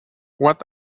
what